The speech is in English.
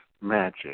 magic